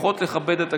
לפחות לכבד את הכנסת.